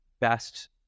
best